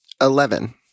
Eleven